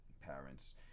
parents